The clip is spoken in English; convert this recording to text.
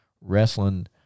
wrestling